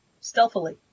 stealthily